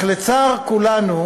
אבל, לצער כולנו,